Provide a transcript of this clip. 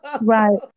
Right